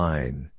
Line